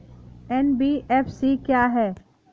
NBFC क्या है?